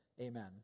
Amen